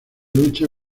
lucha